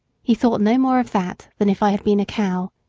he thought no more of that than if i had been a cow.